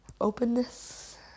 Openness